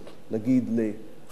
נגיד לחקלאות, לסיעוד.